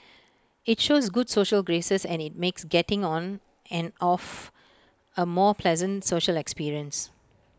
IT shows good social graces and IT makes getting on and off A more pleasant social experience